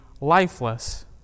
lifeless